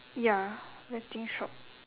ya betting shop